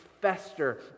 fester